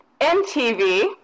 MTV